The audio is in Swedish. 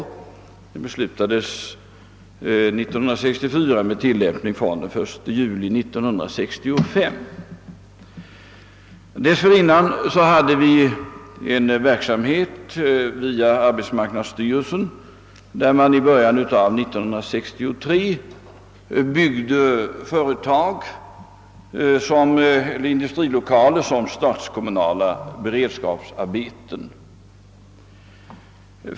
Den beslutades år 1964 med tillämpning från och med den 1 juli 1965. Dessförinnan hade vi en verksamhet via arbetsmarknadsstyrelsen. I början av år 1963 byggde man industrilokaler som statskommunala beredskapsarbeten.